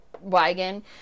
wagon